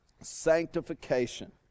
Sanctification